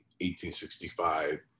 1865